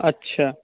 আচ্ছা